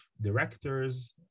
directors